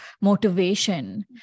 motivation